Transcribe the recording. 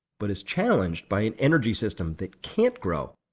but is challenged by an energy system that can't grow,